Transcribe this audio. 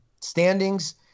standings